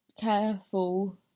careful